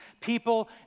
people